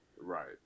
Right